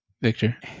Victor